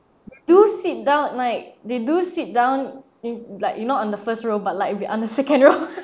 do sit down like they do sit down in like you know on the first row but like we on the second row